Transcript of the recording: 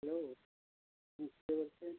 hello কে বলছেন